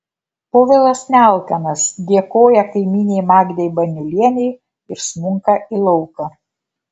povilas nealkanas dėkoja kaimynei magdei baniulienei ir smunka į lauką